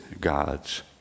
God's